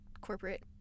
corporate